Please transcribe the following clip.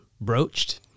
broached